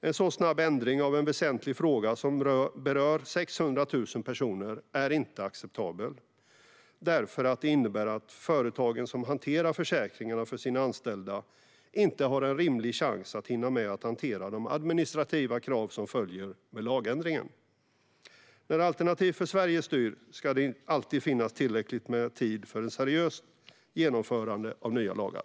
En så snabb ändring av en väsentlig fråga som berör 600 000 personer är inte acceptabel därför att den innebär att de företag som hanterar försäkringarna för sina anställda inte har en rimlig chans att hinna med att hantera de administrativa krav som följer med lagändringen. När Alternativ för Sverige styr ska det alltid finnas tillräckligt med tid för ett seriöst genomförande av nya lagar.